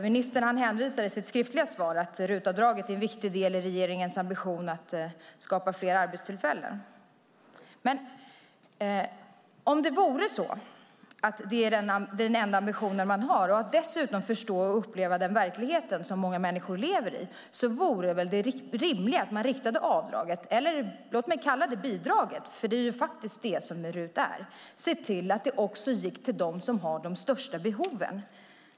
Ministern hänvisar i sitt skriftliga svar till att RUT-avdraget är en viktig del i regeringens ambition att skapa fler arbetstillfällen. Om det vore så att det är den enda ambition man har och dessutom förstår och upplever den verklighet som många människor lever i vore väl det rimliga att man riktade avdraget, eller låt mig kalla det bidraget eftersom det faktiskt är det som RUT är, också till dem som har de största behoven.